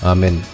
Amen